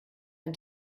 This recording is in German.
ein